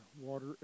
water